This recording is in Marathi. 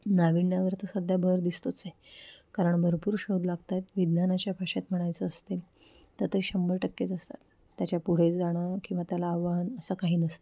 नाविन्यावर तर सध्या भर दिसतोच आहे कारण भरपूर शोध लागतात विज्ञानाच्या भाषेत म्हणायचं असतील तर ते शंभर टक्केच असतात त्याच्या पुढे जाणं किंवा त्याला आव्हान असं काही नसतं